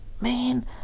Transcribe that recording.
man